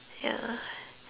ya